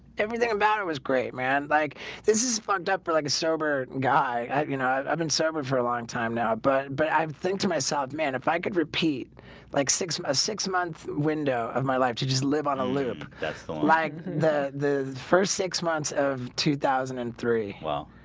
everything about it was great man like this is fucked up for like a sober guy, you know i've i've been sober for a long time now but but i think to myself man if i could repeat like six six months window of my life to just live on a loop that's like the the first six months of two thousand and three well,